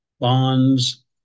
bonds